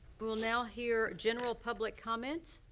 we will now hear general public comments.